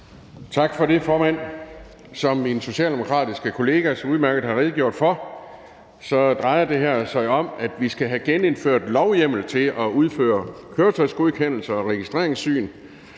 Tak for det, formand. Som min socialdemokratiske kollega så udmærket har redegjort for, drejer det her sig om, at vi skal have genindført lovhjemmel til at udføre køretøjsgodkendelser og registreringssyn.